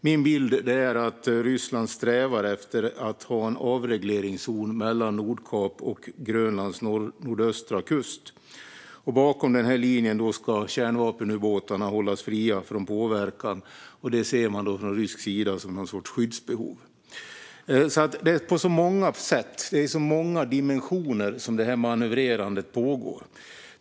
Min bild är att Ryssland strävar efter att ha en avregleringszon mellan Nordkap och Grönlands nordöstra kust, och bakom den linjen ska kärnvapenubåtarna hållas fria från påverkan. Detta ser man från rysk sida som en sorts skyddsbehov. Det finns många dimensioner i det manövrerande som pågår.